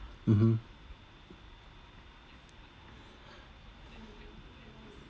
mmhmm